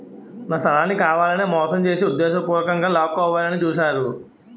నా స్థలాన్ని కావాలనే మోసం చేసి ఉద్దేశపూర్వకంగా లాక్కోవాలని చూశారు